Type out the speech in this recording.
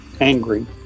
angry